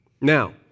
Now